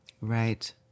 Right